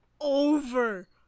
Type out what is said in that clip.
over